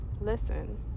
listen